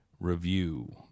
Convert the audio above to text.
review